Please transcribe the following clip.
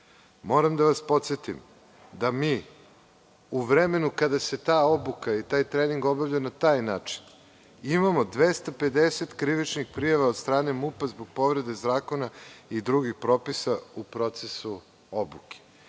drugi. Moram da vas podsetim da mi u vremenu kada se ta obuka i taj trening obavljaju na taj način imamo 250 krivičnih prijava od strane MUP zbog povrede zakona i drugih propisa u procesu obuke